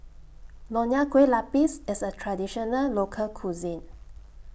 Nonya Kueh Lapis IS A Traditional Local Cuisine